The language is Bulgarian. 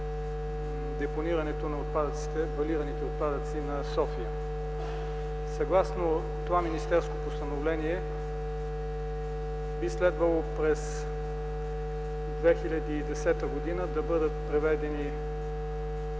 депонирането на балираните отпадъци на София. Съгласно министерско постановление би следвало през 2010 г. да бъдат преведени